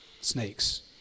Snakes